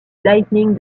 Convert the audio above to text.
lightning